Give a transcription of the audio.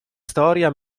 storia